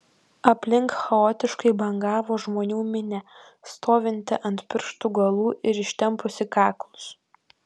aplink chaotiškai bangavo žmonių minia stovinti ant pirštų galų ir ištempusi kaklus